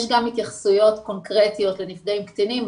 יש גם התייחסויות קונקרטיות לנפגעים קטינים,